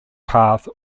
path